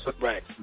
right